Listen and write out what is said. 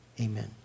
Amen